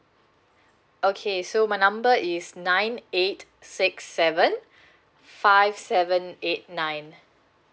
okay so my number is nine eight six seven five seven eight nine